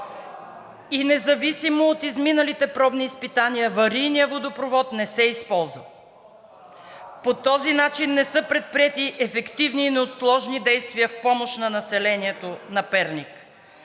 и независимо от изминалите пробни изпитания, аварийният водопровод не се използва. По този начин не са предприети ефективни неотложни действия в помощ на населението на Перник.